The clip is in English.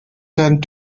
tend